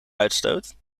uitstoot